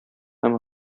һәм